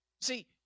See